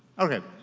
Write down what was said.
okay,